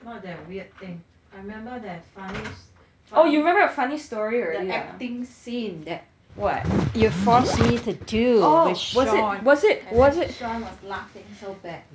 that weird thing I remember that funny st~ the acting scene that !wah! you forced me to do which shawn and shawn was laughing so badly